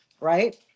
right